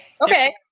Okay